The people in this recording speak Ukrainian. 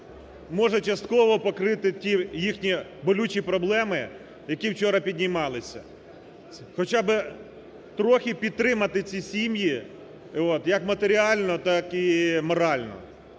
може частково покрити ті їхні болючі проблеми, які вчора піднімалися. Хоча би трохи підтримати ці сім'ї як матеріально, так і морально.